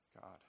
God